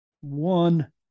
One